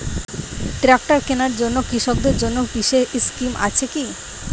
Tractor কেনার জন্য কৃষকদের জন্য বিশেষ স্কিম আছে কি?